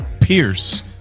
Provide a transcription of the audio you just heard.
pierce